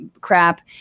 crap